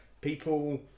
people